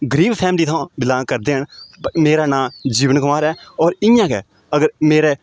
गरीब फैमली थमां बिलोंग करदे आं मेरा नांऽ जीवन कमार ऐ होर इ'यां गै अगर मेरे